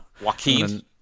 Joaquin